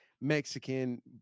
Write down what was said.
Mexican